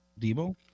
Debo